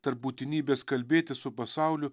tarp būtinybės kalbėtis su pasauliu